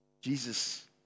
Jesus